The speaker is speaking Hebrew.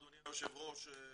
אדוני היושב ראש,